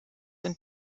und